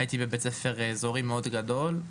הייתי בבית ספר אזורי מאוד גדול,